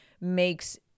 makes